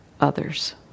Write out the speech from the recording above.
others